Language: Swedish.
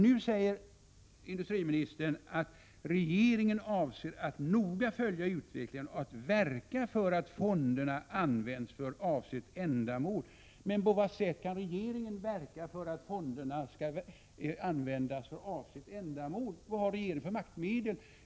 Nu säger industriministern i svaret: ”Regeringen avser att noga följa utvecklingen och verka för att fonderna används för avsett ändamål.” Men på vad sätt kan regeringen verka för att fonderna skall användas för avsett ändamål? Vad har regeringen för maktmedel?